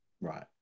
Right